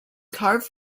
carved